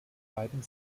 beiden